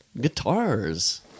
guitars